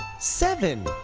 seven!